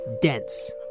Dense